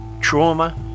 trauma